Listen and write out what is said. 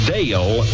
Dale